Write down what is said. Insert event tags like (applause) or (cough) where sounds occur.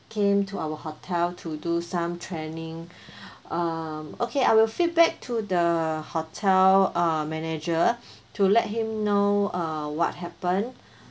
came to our hotel to do some training (breath) um okay I will feedback to the hotel uh manager (breath) to let him know uh what happen